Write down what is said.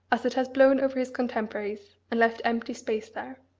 as it has blown over his contemporaries, and left empty space there.